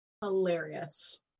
hilarious